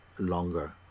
longer